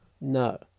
No